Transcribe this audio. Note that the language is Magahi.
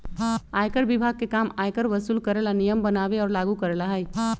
आयकर विभाग के काम आयकर वसूल करे ला नियम बनावे और लागू करेला हई